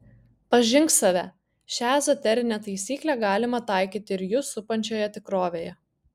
pažink save šią ezoterinę taisyklę galima taikyti ir jus supančioje tikrovėje